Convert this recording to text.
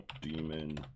demon